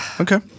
Okay